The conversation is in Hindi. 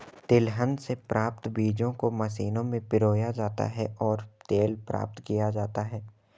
तिलहन से प्राप्त बीजों को मशीनों में पिरोया जाता है और तेल प्राप्त किया जाता है